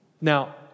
Now